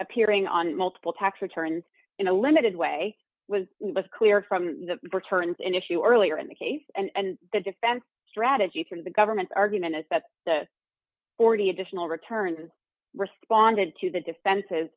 appearing on multiple tax returns in a limited way was it was clear from the returns in issue earlier in the case and the defense strategy from the government's argument is that the forty additional returns responded to the defens